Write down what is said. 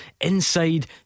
inside